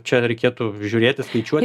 čia reikėtų žiūrėti skaičiuoti